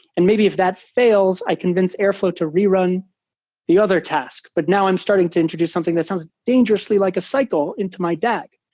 and maybe if that fails, i convince airflow to rerun the other task, but now i'm starting to introduce something that sounds dangerously like a cycle into my dag.